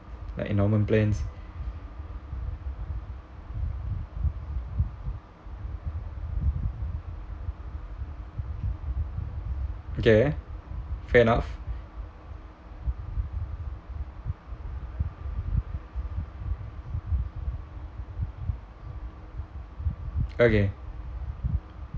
like endowment plans okay fair enough okay